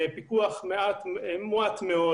ולצידן פיקוח מועט מאוד,